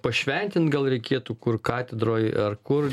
pašventint gal reikėtų kur katedroj ar kur